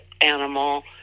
animal